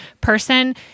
person—